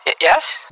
Yes